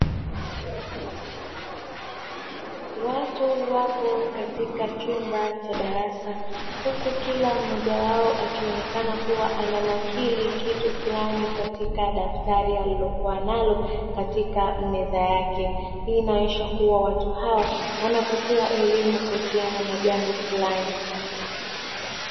Watu wapo katika chumba cha darasa huku kila mmoja wao akionekana kuwa ananakiri kitu fulani katika daftari alilokuwa nalo katika meza yake, hii inaonyesha kuwa watu hawa wanapatiwa elimu katika jambo fulani.